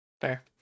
Fair